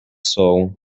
sol